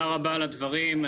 תודה רבה על הדברים.